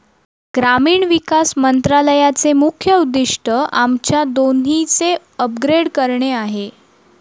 ग्रामीण विकास मंत्रालयाचे मुख्य उद्दिष्ट आमच्या दोन्हीचे अपग्रेड करणे आहे